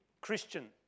Christian